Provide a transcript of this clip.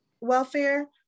welfare